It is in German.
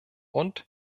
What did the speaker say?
und